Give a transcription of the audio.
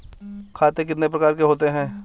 खाते कितने प्रकार के होते हैं?